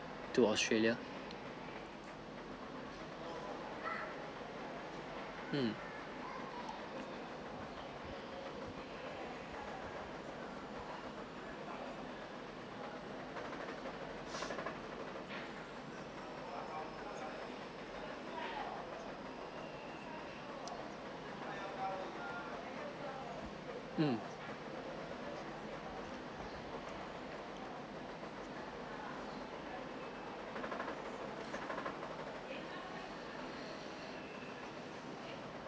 to australia um um